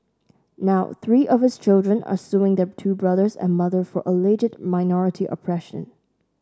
now three of his children are suing their two brothers and mother for alleged minority oppression